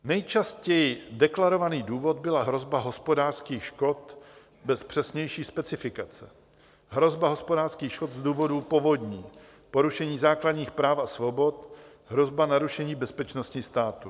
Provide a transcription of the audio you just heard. Nejčastěji deklarovaný důvod byla hrozba hospodářských škod bez přesnější specifikace, hrozba hospodářských škod z důvodu povodní, porušení základních práv a svobod, hrozba narušení bezpečnosti státu.